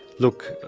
look,